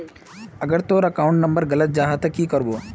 अगर तोर account number गलत जाहा ते की करबो?